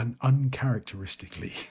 uncharacteristically